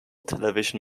television